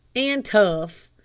and tough.